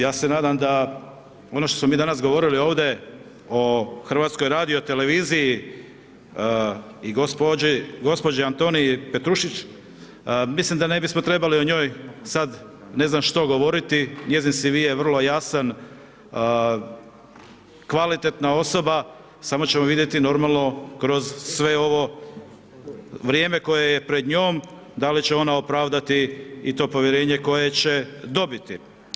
Ja se nadam da ono što smo mi danas govorili ovdje o HRT-u i gospođi Antoniji Petrušić mislim da ne bismo trebali o njoj sad, ne znam što govoriti, njezin CV je vrlo jasan, kvalitetna osoba, samo ćemo vidjeti normalno kroz sve ovo vrijeme koje je pred njom da li će ona opravdati i to povjerenje koje će dobiti.